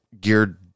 geared